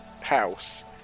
house